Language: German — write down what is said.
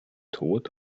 tod